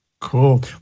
Cool